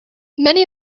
many